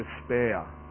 despair